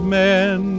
men